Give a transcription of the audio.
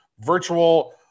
virtual